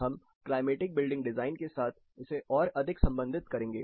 हम climatic building design के साथ इसे और अधिक संबंधित करेंगे